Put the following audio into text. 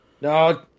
No